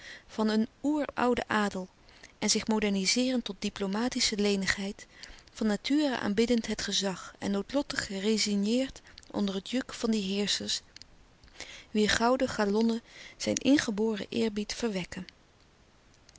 van een oer ouden adel en zich modernizeerend tot diplomatische lenigheid van nature aanbiddend het gezag en noodlottig gerezigneerd onder het juk van die heerschers wier gouden galonnen zijn ingeboren eerbied verwekken